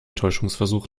täuschungsversuch